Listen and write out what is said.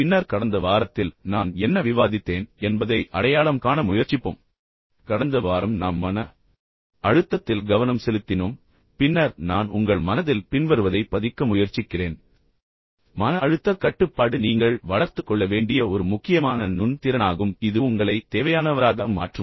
பின்னர் கடந்த வாரத்தில் நான் என்ன விவாதித்தேன் என்பதை அடையாளம் காண முயற்சிப்போம் கடந்த வாரம் நாம் மன அழுத்தத்தில் கவனம் செலுத்தினோம் பின்னர் நான் உங்கள் மனதில் பின்வருவதை பதிக்க முயற்சிக்கிறேன் மன அழுத்தக் கட்டுப்பாடு என்பது நீங்கள் வளர்த்துக் கொள்ள வேண்டிய ஒரு முக்கியமான மென்மையான திறனாகும் மேலும் இது உங்களுக்கு மிகவும் தேவையானவராக மாற்றும்